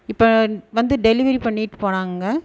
இப்போ வந்து டெலிவெரி பண்ணிவிட்டு போனாங்க